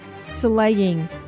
slaying